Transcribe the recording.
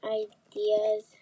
ideas